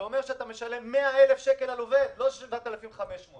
יש מושג שנקרא אימפקט של תוכנית.